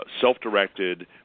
self-directed